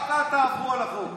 רק אל תעברו על החוק.